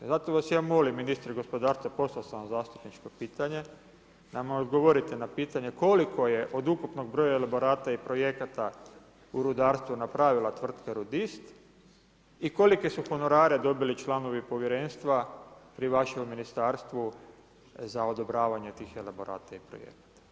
I zato vas ja molim ministre gospodarstva, poslao sam vam zastupničko pitanje da nam odgovorite na pitanje koliko je od ukupnog broja elaborata i projekata u rudarstvu napravila tvrtka Rudist i kolike su honorare dobili članovi povjerenstva pri vašemu ministarstvu za odobravanje tih elaborata i projekata.